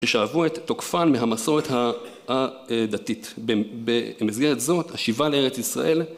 ששאבו את תוקפן מהמסורת הדתית במסגרת זאת השיבה לארץ ישראל